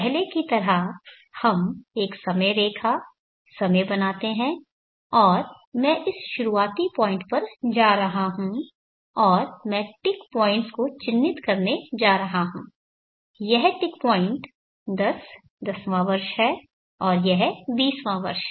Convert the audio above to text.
पहले की तरह हम एक समय रेखा समय बनाते है और मैं इस शुरुआती पॉइंट पर जा रहा हूँ और मैं टिक पॉइंट्स को चिन्हित करने जा रहा हूँ यह टिक पॉइंट 10 10वां वर्ष है और यह 20वां वर्ष है